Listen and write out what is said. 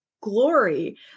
glory